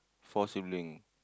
four sibling